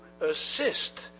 assist